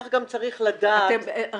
כך גם צריך לדעת --- לא,